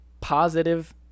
positive